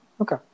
Okay